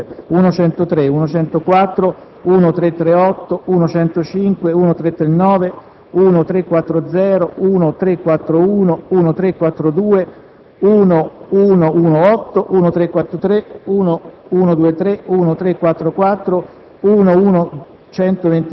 1.97, 1.98, 1.334, 1.99, 1.335, 1.100, 1.336, 1.101, 1.337, 1.102, 1.103, 1.104, 1.338, 1.105, 1.339,